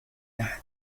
دهد